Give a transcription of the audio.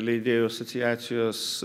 leidėjų asociacijos